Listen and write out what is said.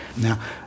now